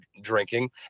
drinking